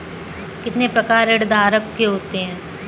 कितने प्रकार ऋणधारक के होते हैं?